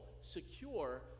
secure